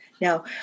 now